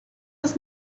das